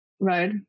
right